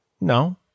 No